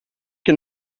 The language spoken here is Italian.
che